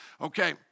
Okay